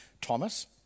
Thomas